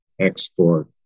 export